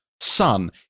son